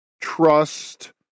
Trust